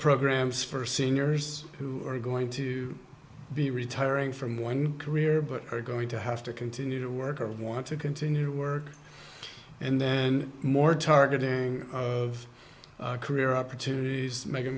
programs for seniors who are going to be retiring from one career but are going to have to continue to work or want to continue to work and then more targeting of career opportunities making